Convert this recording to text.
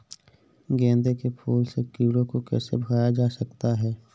गेंदे के फूल से कीड़ों को कैसे भगाया जा सकता है?